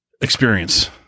experience